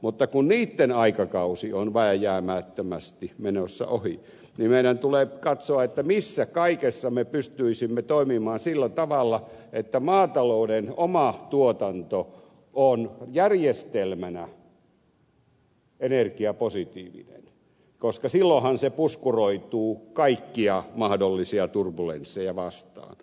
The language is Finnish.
mutta kun niitten aikakausi on vääjäämättömästi menossa ohi niin meidän tulee katsoa missä kaikessa me pystyisimme toimimaan sillä tavalla että maatalouden oma tuotanto on järjestelmänä energiapositiivinen koska silloinhan se puskuroituu kaikkia mahdollisia turbulensseja vastaan